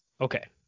Okay